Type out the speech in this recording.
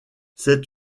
c’est